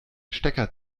stecker